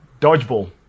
Dodgeball